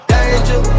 Danger